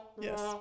yes